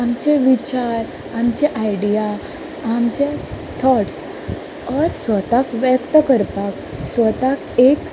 आमचे विचार आमचे आयडिया आमचे थॉट्स ओर स्वताक व्यक्त करपाक स्वताक एक